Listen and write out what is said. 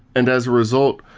and as result,